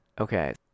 Okay